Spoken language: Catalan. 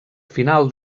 final